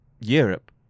europe